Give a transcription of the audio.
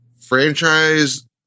franchise